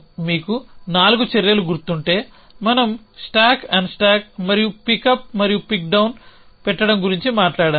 మీకు 4 చర్యలు గుర్తుంటే మనం స్టాక్ అన్స్టాక్ మరియు పిక్ అప్ మరియుపిక్ డౌన్ పెట్టడం గురించి మాట్లాడాము